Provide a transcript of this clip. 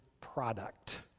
product